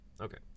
Okay